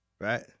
right